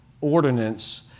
ordinance